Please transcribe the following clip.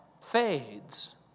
fades